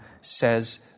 says